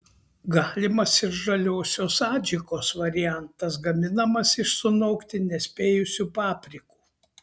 galimas ir žaliosios adžikos variantas gaminamas iš sunokti nespėjusių paprikų